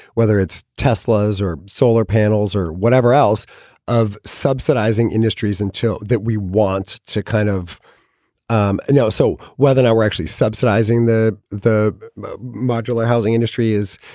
whether it's teslas or solar panels or whatever else of subsidizing industries, until that we want to kind of um and know. so whether now we're actually subsidizing the the modular housing industry is.